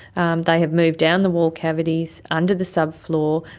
um they have moved down the wall cavities, under the subfloor,